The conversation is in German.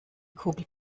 kugel